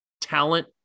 talent